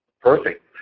Perfect